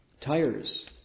tires